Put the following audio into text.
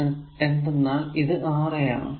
എന്തെന്നാൽ ഇത് R a ആണ്